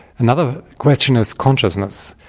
another question is consciousness.